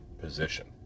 position